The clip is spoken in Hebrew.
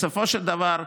בסופו של דבר,